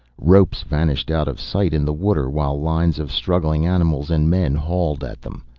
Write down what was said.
ropes vanished out of sight in the water while lines of struggling animals and men hauled at them.